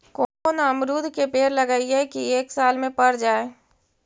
कोन अमरुद के पेड़ लगइयै कि एक साल में पर जाएं?